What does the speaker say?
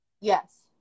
Yes